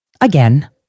again